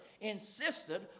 insisted